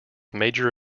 major